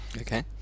Okay